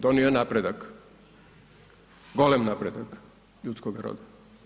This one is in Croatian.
Donio je napredak, golem napredak ljudskoga roda.